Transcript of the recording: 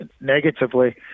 negatively